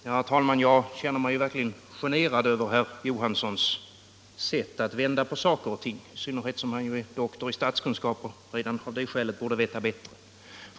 Herr talman! Jag känner mig verkligen generad över herr Johanssons i Trollhättan sätt att vända på saker och ting, i synnerhet som han är doktor i statskunskap och redan av det skälet borde veta bättre.